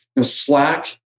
Slack